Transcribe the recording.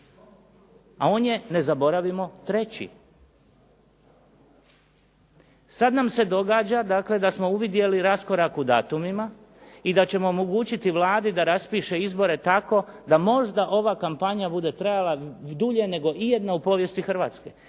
a on je ne zaboravimo treći. Sad nam se događa dakle da smo uvidjeli raskorak u datumima i da ćemo omogućiti Vladi da raspiše izbore tako da možda ova kampanja bude trajala dulje nego ijedna u povijesti Hrvatske.